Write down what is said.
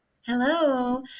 Hello